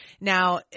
Now